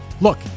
Look